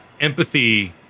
Empathy